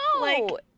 No